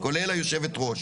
כוול יושבת הראש